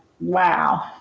wow